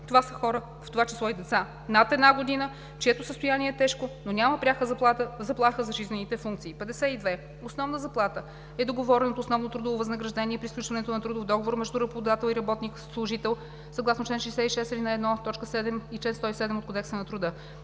Това са хора, в това число и деца над 1 година, чието състояние е тежко, но няма пряка заплаха за жизнените функции. 52. „Основна заплата“ е договореното основно трудово възнаграждение при сключването на трудов договор между работодател и работник (служител) съгласно чл. 66, ал. 1, т. 7 и чл. 107 от Кодекса на труда.